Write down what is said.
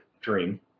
dream